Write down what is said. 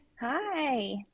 Hi